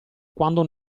quando